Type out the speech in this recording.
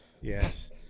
Yes